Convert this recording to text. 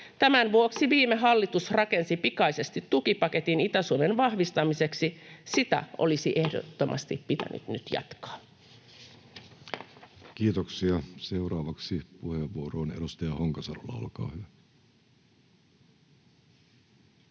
Tämän vuoksi viime hallitus rakensi pikaisesti tukipaketin Itä-Suomen vahvistamiseksi. Sitä olisi ehdottomasti pitänyt nyt jatkaa. [Speech 351] Speaker: Jussi Halla-aho Party: